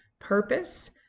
purpose